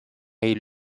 aille